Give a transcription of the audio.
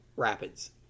Rapids